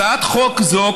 הצעת חוק זו,